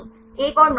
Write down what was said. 1 और 9